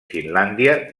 finlàndia